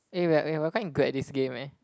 eh we're we're quite in good at this game eh